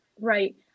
Right